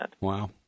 Wow